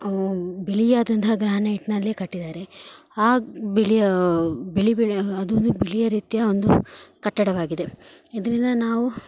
ಅವು ಬಿಳಿಯಾದಂತಹ ಗ್ರ್ಯಾನೆಟಿನಲ್ಲೆ ಕಟ್ಟಿದ್ದಾರೆ ಆ ಬಿಳಿಯ ಬಿಳಿ ಬಿಳಿ ಅದೊಂದು ಬಿಳಿಯ ರೀತಿಯ ಒಂದು ಕಟ್ಟಡವಾಗಿದೆ ಇದರಿಂದ ನಾವು